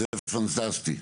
שזה פנטסטי.